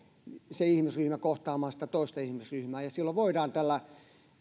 se ihmisryhmä kohtaamaan sitä toista ihmisryhmää ja silloin voidaan tällä